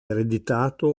ereditato